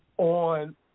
on